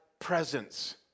presence